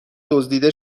دزدیده